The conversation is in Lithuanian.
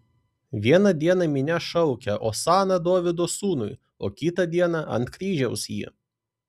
vieną dieną minia šaukia osana dovydo sūnui o kitą dieną ant kryžiaus jį